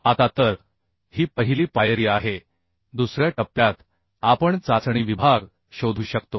आता तर ही पहिली पायरी आहे दुसऱ्या टप्प्यात आपण चाचणी विभाग शोधू शकतो